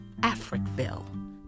Africville